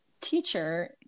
teacher